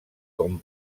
com